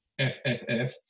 FFF